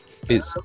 please